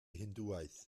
hindŵaeth